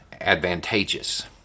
advantageous